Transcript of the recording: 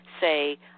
say